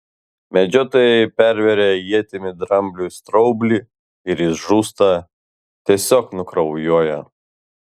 medžiotojai perveria ietimi drambliui straublį ir jis žūsta tiesiog nukraujuoja